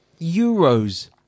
euros